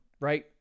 Right